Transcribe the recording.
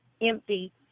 empty